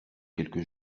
quelques